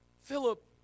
Philip